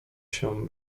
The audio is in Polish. się